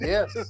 Yes